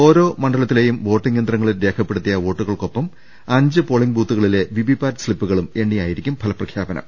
ഓരോ മണ്ഡ ലത്തിലേയും വോട്ടിങ്ങ് യന്ത്രങ്ങളിൽ രേഖപ്പെടുത്തിയ വോട്ടു കൾക്കൊപ്പം അഞ്ച് പോളിങ്ങ് ബൂത്തുകളിലെ വിവി പാറ്റ് സ്ലിപ്പൂ കളും എണ്ണിയായിരിക്കും ഫലപ്രഖ്യാപനം